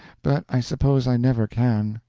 but i suppose i never can.